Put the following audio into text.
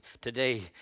today